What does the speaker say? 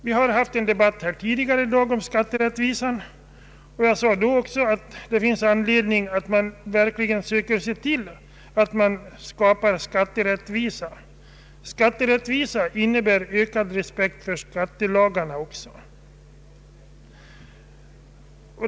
Vi har tidigare i dag haft en debatt om skatter, och jag nämnde även då att det finns anledning att försöka skapa skatterättvisa. Det innebär ökad respekt för skattelagarna.